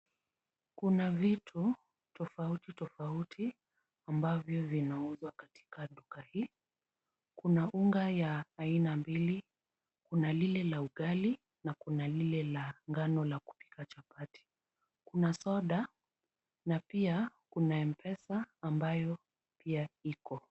Kuna vitu tofauti tofauti ambavyo vinauzwa katika duka hii. Kuna unga ya aina mbili, kuna ule wa ugali, na kuna ule wa ngano wa kupika chapati. Kuna soda na pia kuna mpesa ambayo pia iko.